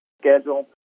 schedule